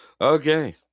Okay